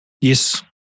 Yes